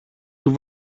του